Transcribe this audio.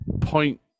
point